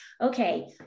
okay